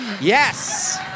Yes